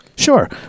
Sure